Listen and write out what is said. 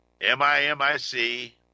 M-I-M-I-C